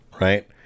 right